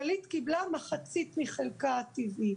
כללית קיבלה מחצית מחלקה הטבעי.